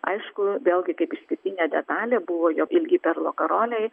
aišku vėlgi kaip išskirtinė detalė buvo jo ilgi perlų karoliai